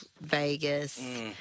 Vegas